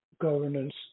governance